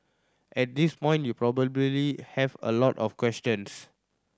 at this point you probably have a lot of questions